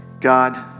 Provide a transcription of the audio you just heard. God